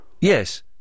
yes